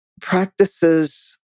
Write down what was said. practices